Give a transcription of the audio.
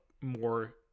more